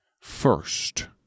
First